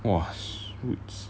!wah! shoots